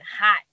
hot